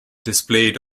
displayed